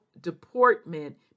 deportment